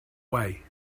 way